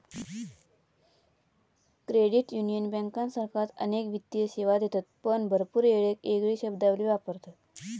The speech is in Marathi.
क्रेडिट युनियन बँकांसारखाच अनेक वित्तीय सेवा देतत पण भरपूर येळेक येगळी शब्दावली वापरतत